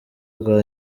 rwa